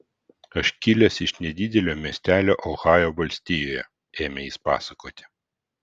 aš kilęs iš nedidelio miestelio ohajo valstijoje ėmė jis pasakoti